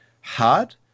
hard